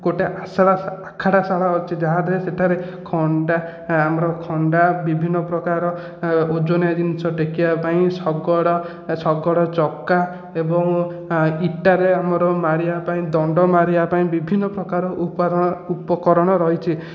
ଗୋଟିଏ ଆଶାଳା ଆଖାଡ଼ଶାଳା ଅଛି ଯାହାଥିରେ ସେଠାରେ ଖଣ୍ଡା ଆମର ଖଣ୍ଡା ବିଭିନ୍ନ ପ୍ରକାର ଓଜନିଆ ଜିନିଷ ଟେକିବା ପାଇଁ ଶଗଡ଼ ଶଗଡ଼ଚକା ଏବଂ ଇଟାରେ ଆମର ମାରିବାପାଇଁ ଦଣ୍ଡ ମାରିବାପାଇଁ ବିଭିନ୍ନ ପ୍ରକାର ଉପର ଉପକରଣ ରହିଛି